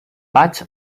vaig